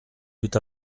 tout